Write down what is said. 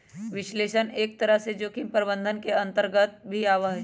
विश्लेषण एक तरह से जोखिम प्रबंधन के अन्तर्गत भी आवा हई